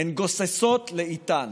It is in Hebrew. הן גוססות לאיטן.